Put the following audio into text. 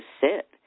sit